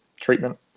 treatment